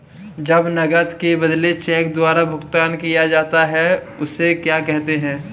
जब नकद के बदले चेक द्वारा भुगतान किया जाता हैं उसे क्या कहते है?